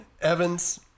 Evans